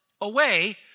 away